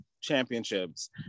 championships